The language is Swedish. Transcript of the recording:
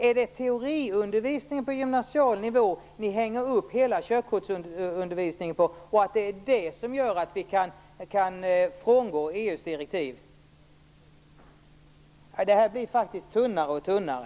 Är det teoriundervisningen på gymnasial nivå Folkpartiet och Moderaterna hänger upp hela körkortsundervisningen på, och är det den som gör att vi kan frångå EU:s direktiv? Det här blir faktiskt tunnare och tunnare.